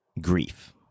Grief